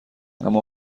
اما